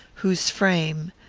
whose frame,